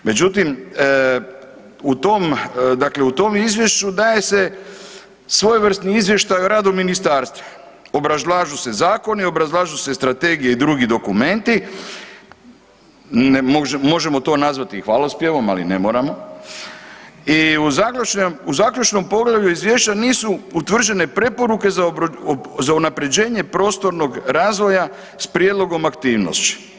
Međutim u tom, dakle u tom izvješću daje se svojevrsni izvještaj o radu ministarstva, obrazlažu se zakoni, obrazlažu se strategije i drugi dokumenti, možemo to nazvati i hvalospjevom, ali ne moramo i u zaključnom poglavlju izvješća nisu utvrđene preporuke za unapređenje prostornog razvoja s prijedlogom aktivnosti.